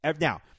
Now